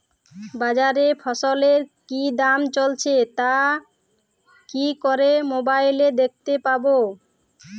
বাজারে ফসলের কি দাম চলছে তা কি করে মোবাইলে দেখতে পাবো?